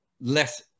less